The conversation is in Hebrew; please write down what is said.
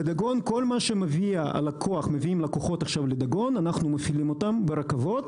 לדגון כל מה שלקוחות מביאים - אנחנו מפעילים אותם ברכבות.